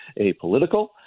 apolitical